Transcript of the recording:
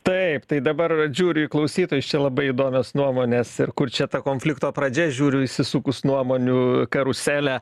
taip tai dabar žiūriu į klausytojus čia labai įdomios nuomonės ir kur čia ta konflikto pradžia žiūriu įsisukus nuomonių karuselė